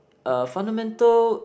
uh fundamental